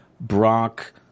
Brock